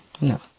No